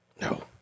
No